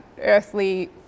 earthly